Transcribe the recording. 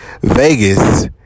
Vegas